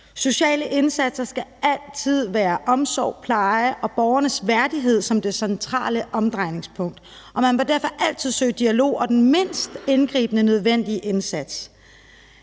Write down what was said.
Sociale indsatser skal altid være omsorg, pleje og borgernes værdighed som det centrale omdrejningspunkt, og man bør derfor altid søge dialog og den mindst indgribende nødvendige indsats.